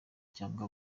cyangwa